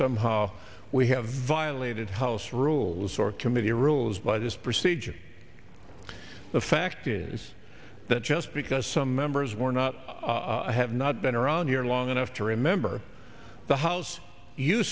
somehow we have violated house rules or committee rules by this procedure the fact is that just because some members were not i have not been around here long enough to remember the house